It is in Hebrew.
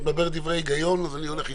את מדברת דברי היגיון, אז אני הולך איתך.